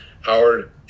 Howard